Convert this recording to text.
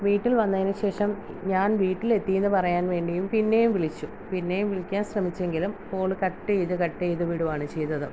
വീട്ടിൽ വന്നതിന് ശേഷം ഞാൻ വീട്ടിലെത്തീന്ന് പറയാൻ വേണ്ടിയും പിന്നെയും വിളിച്ചു പിന്നെയും വിളിക്കാൻ ശ്രമിച്ചെങ്കിലും കോള് കട്ട് ചെയ്ത് കട്ട് ചെയ്ത് വിടുവാണ് ചെയ്തത്